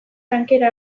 tankera